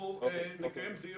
אנחנו נקיים דיון בצורה מסודרת.